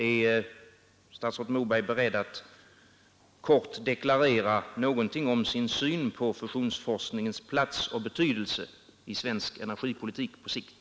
Är statsrådet Moberg beredd att kort deklarera någonting om sin syn på fusionsforskningens plats och betydelse i svensk industripolitik på sikt?